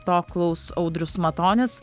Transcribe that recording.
to klaus audrius matonis